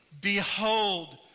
Behold